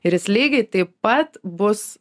ir jis lygiai taip pat bus